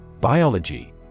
Biology